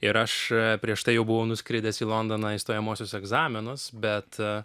ir aš prieš tai jau buvau nuskridęs į londoną į stojamuosius egzaminus bet